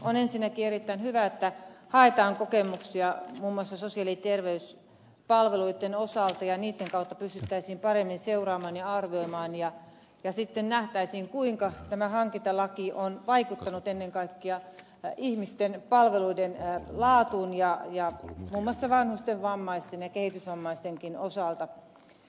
on ensinnäkin erittäin hyvä että haetaan kokemuksia muun muassa sosiaali ja terveyspalveluitten osalta ja niitten kautta pystyttäisiin paremmin seuraamaan ja arvioimaan ja sitten nähtäisiin kuinka tämä hankintalaki on vaikuttanut ennen kaikkea ihmisten palveluiden laatuun ja muun muassa vanhusten vammaisten ja kehitysvammaistenkin osalta